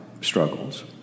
struggles